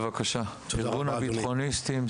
ארגון הבטחוניסטים,